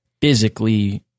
physically